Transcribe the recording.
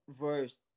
verse